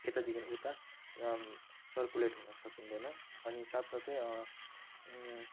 यतादेखि उता र सर्कुलेट हुन सकिँदैन अनि साथसाथै